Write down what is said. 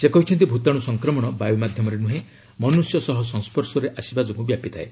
ସେ କହିଛନ୍ତି ଭୂତାଣୁ ସଂକ୍ରମଣ ବାୟୁ ମାଧ୍ୟମରେ ନୁହେଁ ମନୁଷ୍ୟ ସହ ସଂସ୍ୱର୍ଶରେ ଆସିବା ଯୋଗୁଁ ବ୍ୟାପିଥାଏ